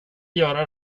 göra